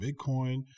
Bitcoin